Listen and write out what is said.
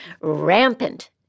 rampant